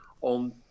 on